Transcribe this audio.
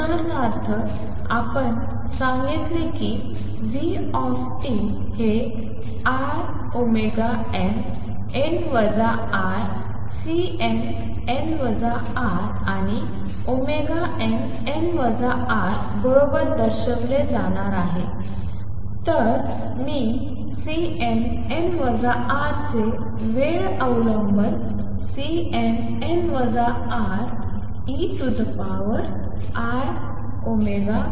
उदाहरणार्थ आपण सांगितले की v हे inn τCnn τ आणि nn τ बरोबर दर्शविले जाणार आहे तर मी Cnn τ चे वेळ अवलंबन Cnn τeinn τt